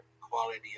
quality